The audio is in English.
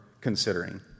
considering